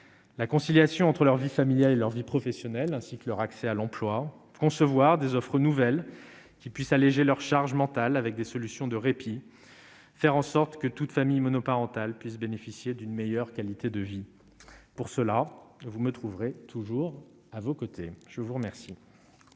la conciliation entre leur vie familiale et leur vie professionnelle, ainsi que leur accès à l'emploi, concevoir des offres nouvelles qui puisse alléger leur charge mentale avec des solutions de répit, faire en sorte que toutes familles monoparentales puissent bénéficier d'une meilleure qualité de vie, pour cela, vous me trouverez toujours à vos côtés, je vous remercie.